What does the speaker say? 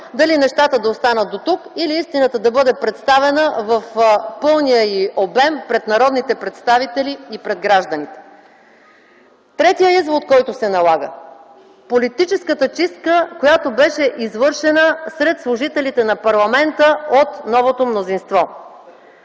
дали нещата да останат дотук или истината да бъде представена в пълния й обем пред народните представители и пред гражданите. Третият извод, който се налага – политическата чистка, която беше извършена сред служителите на парламента от новото мнозинство.